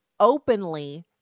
openly